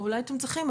או אולי אתם צריכים,